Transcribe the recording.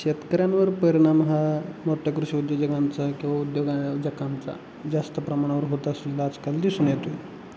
शेतकऱ्यांवर परिणाम हा मोठया कृषी उद्योजकांचा किंवा उद्योजकांचा जास्त प्रमाणावर होत असलेला आजकाल दिसून येतो